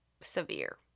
severe